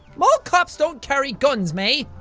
mall cops don't carry guns, mae.